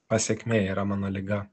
pasekmė yra mano liga